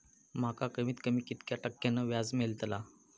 माका कमीत कमी कितक्या टक्क्यान व्याज मेलतला?